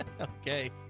okay